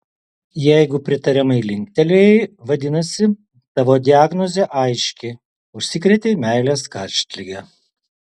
jeigu pritariamai linktelėjai vadinasi tavo diagnozė aiški užsikrėtei meilės karštlige